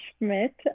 schmidt